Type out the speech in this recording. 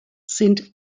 sind